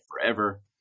forever